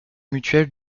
mutuelle